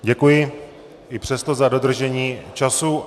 Děkuji i přesto za dodržení času.